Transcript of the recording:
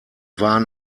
waren